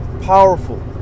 powerful